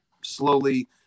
slowly